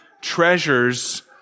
treasures